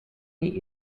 meet